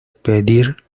pedir